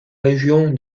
région